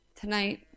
tonight